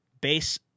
base